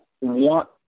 want –